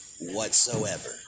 whatsoever